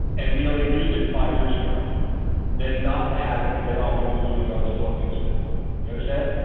and be able to use it five years from now then not to have it and they all we need to do in those silicon spin. do you understand?